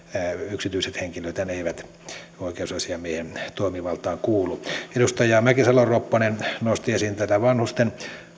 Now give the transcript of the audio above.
yksityiset henkilöthän eivät oikeusasiamiehen toimivaltaan kuulu edustaja mäkisalo ropponen nosti esiin vanhusten